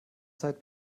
zeit